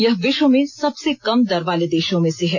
यह विश्व में सबसे कम दर वाले देशों में से है